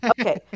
Okay